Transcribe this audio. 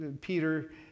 Peter